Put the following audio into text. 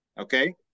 Okay